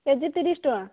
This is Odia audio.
କେ ଜି ତିରିଶ ଟଙ୍କା